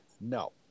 No